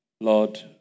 Lord